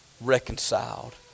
reconciled